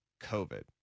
COVID